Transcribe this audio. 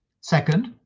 Second